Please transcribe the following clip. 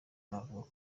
navuga